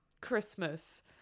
Christmas